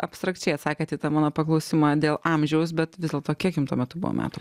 abstrakčiai atsakėt į tą mano paklausimą dėl amžiaus bet vis dėlto kiek jum tuo metu buvo metų